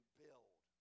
build